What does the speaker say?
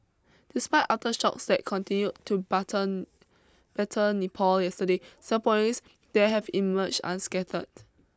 despite aftershocks that continued to button better Nepal yesterday Singaporeans there have emerged unscattered